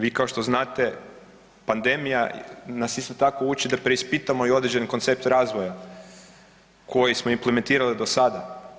Vi kao što znate pandemija nas isto tako uči da preispitamo i određen koncept razvoja koji smo implementirali do sad.